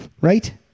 Right